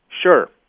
Sure